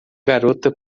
garota